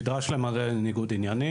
נדרש למלא ניגוד עניינים,